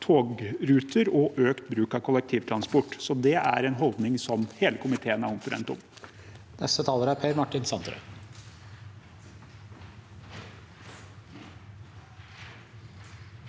togruter og økt bruk av kollektivtransport.» Det er altså en holdning som hele komiteen er omforent om.